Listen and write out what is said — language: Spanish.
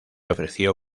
ofreció